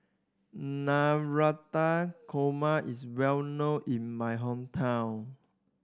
Navratan Korma is well known in my hometown